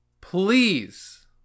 Please